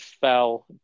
fell